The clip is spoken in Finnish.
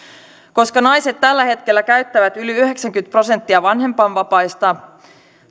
koska naiset tällä hetkellä käyttävät yli yhdeksänkymmentä prosenttia vanhempainvapaista